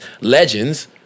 legends